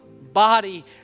body